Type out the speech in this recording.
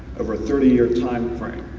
over thirty year time frame.